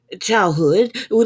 childhood